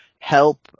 help